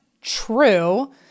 true